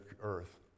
earth